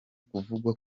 kuvugwa